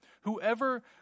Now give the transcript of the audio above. Whoever